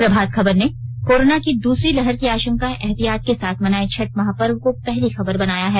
प्रभात खबर ने कोरोना की दूसरी लहर की आशंका एहतियात के साथ मनाएं छठ महापर्व को पहली खबर बनाया है